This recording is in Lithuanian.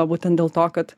būtent dėl to kad